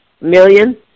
million